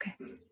okay